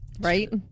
Right